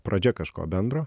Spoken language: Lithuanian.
pradžia kažko bendro